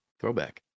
throwback